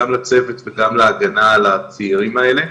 גם לצוות וגם להגנה על הצעירים האלה.